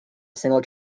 single